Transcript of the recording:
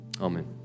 Amen